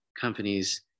companies